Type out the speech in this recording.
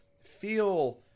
feel